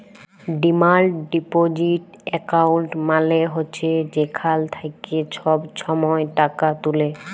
demand deposit account মালে হছে যেখাল থ্যাইকে ছব ছময় টাকা তুলে